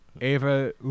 Ava